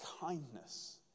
kindness